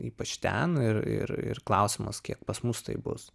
ypač ten ir ir ir klausimas kiek pas mus tai bus